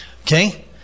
Okay